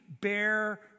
bear